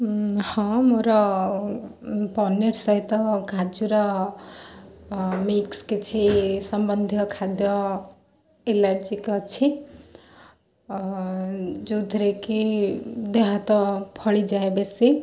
ହଁ ମୋର ପନିର୍ ସହିତ କାଜୁର ମିକ୍ସ୍ କିଛି ସମ୍ବନ୍ଧୀୟ ଖାଦ୍ୟ ଏଲାର୍ଜିକ୍ ଅଛି ଯେଉଁଥିରେ କି ଦେହ ହାତ ଫଳି ଯାଏ ବେଶୀ